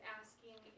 asking